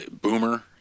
Boomer